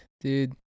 Dude